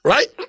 Right